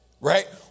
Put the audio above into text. right